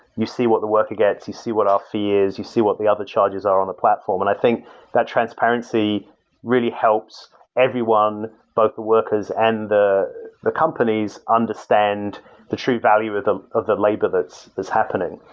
you see what the worker gets. you see what our fee is. you see what the other charges are on the platform. and i think that transparency really helps everyone both the workers and the the companies understand the true value of the labor that's that's happening.